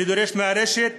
אני דורש מרשת